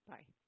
Bye